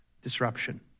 Disruption